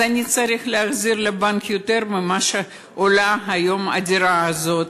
אז אני צריך להחזיר לבנק יותר ממה שעולה היום הדירה הזאת,